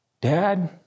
dad